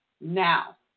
now